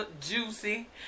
Juicy